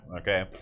Okay